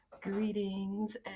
Greetings